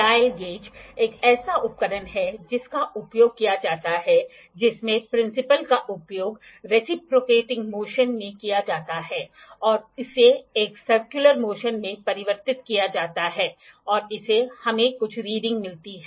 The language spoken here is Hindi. डायल गेज एक ऐसा उपकरण है जिसका उपयोग किया जाता है जिसमें प्रिंसिपल का उपयोग रिसिप्रोकेटिंग मोशन में किया जाता है और इसे एक सर्कुलर मोशन में परिवर्तित किया जाता है और इससे हमें कुछ रीडिंग मिलती है